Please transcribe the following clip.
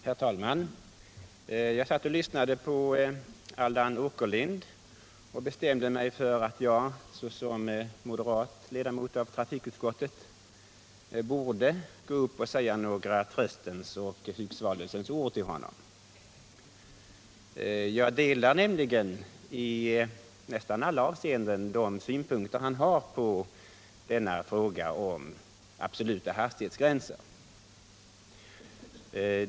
Herr talman! Jag satt och lyssnade på Allan Åkerlind och bestämde mig för att jag såsom moderat ledamot av trafikutskottet borde gå upp och säga några tröstens och hugsvalelsens ord till honom. Jag delar nämligen i nästan alla avseenden hans synpunkter på frågan om absoluta hastighetsgränsen.